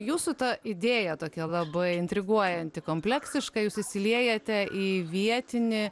jūsų ta idėja tokia labai intriguojanti kompleksiškai jūs įsiliejate į vietinį